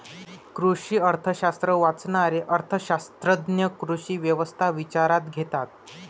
कृषी अर्थशास्त्र वाचणारे अर्थ शास्त्रज्ञ कृषी व्यवस्था विचारात घेतात